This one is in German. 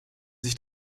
sich